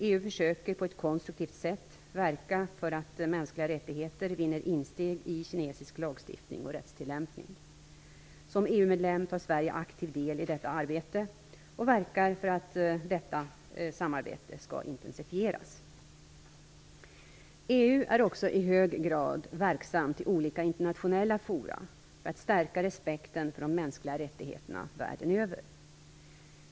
EU försöker på ett konstruktivt sätt verka för att mänskliga rättigheter vinner insteg i kinesisk lagstiftning och rättstillämpning. Som EU-medlem tar Sverige aktiv del i detta arbete och verkar för att detta samarbete skall intensifieras. EU är också i hög grad verksamt i olika internationella fora för att stärka respekten för de mänskliga rättigheterna världen över.